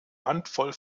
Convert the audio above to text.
handvoll